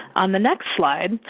on the next slide,